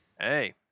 Hey